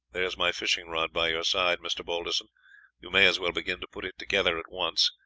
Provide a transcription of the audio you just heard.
there is my fishing rod by your side, mr. balderson you may as well begin to put it together at once,